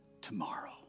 tomorrow